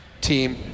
team